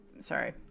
Sorry